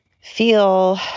feel